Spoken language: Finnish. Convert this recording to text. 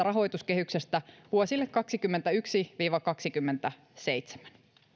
rahoituskehyksestä vuosille kaksikymmentäyksi viiva kaksikymmentäseitsemän